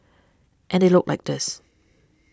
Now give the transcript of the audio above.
and they look like this